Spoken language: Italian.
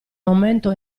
momento